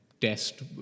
test